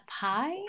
pie